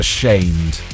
Ashamed